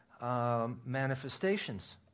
manifestations